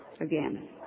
again